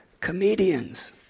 comedians